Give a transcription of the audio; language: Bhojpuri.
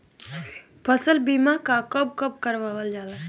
फसल बीमा का कब कब करव जाला?